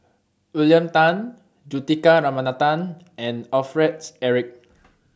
William Tan Juthika Ramanathan and Alfred Eric